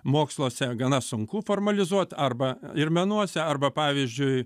moksluose gana sunku formalizuot arba ir menuose arba pavyzdžiui